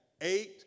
eight